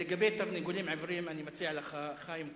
לגבי תרנגולים עיוורים, אני מציע לך, חיים כץ,